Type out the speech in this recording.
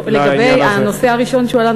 לגבי הנושא הראשון שהועלה,